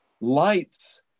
lights